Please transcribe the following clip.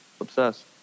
Obsessed